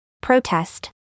protest